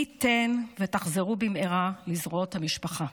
מי ייתן ותחזרו במהרה לזרועות המשפחה.